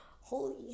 Holy